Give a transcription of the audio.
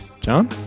John